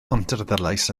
pontarddulais